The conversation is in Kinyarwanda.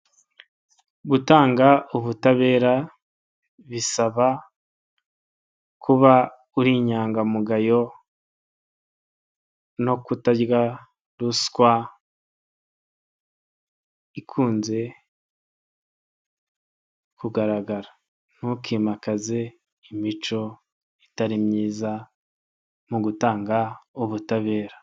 Gutanga ubutabera bisaba kuba uri inyangamugayo no kutarya ruswa ikunze kugaragara, ntukimakaze imico itari myiza mu gutanga ubutabera.